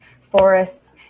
forests